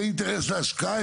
זה אינטרס של השקעה.